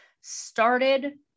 started